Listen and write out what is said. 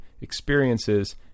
experiences